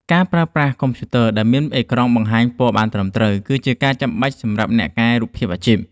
ការប្រើប្រាស់កុំព្យូទ័រដែលមានអេក្រង់បង្ហាញពណ៌បានត្រឹមត្រូវ គឺជាការចាំបាច់សម្រាប់អ្នកកែរូបភាពអាជីព។